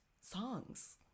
songs